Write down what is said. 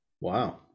wow